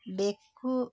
ಬೆಕ್ಕು